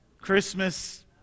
Christmas